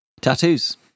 Tattoos